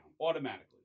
automatically